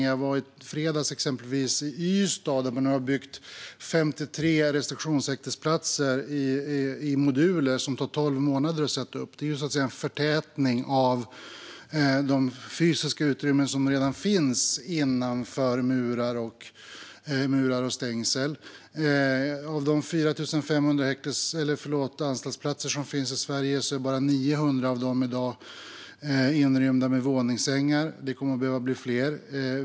Exempelvis var jag i fredags i Ystad, där man har byggt 53 restriktionshäktesplatser i moduler som tar 12 månader att sätta upp. Det är så att säga en förtätning av de fysiska utrymmen som redan finns innanför murar och stängsel. Av de 4 500 anstaltsplatser som finns i Sverige är det i dag bara 900 som inrymmer våningssängar. Det kommer att behöva bli fler.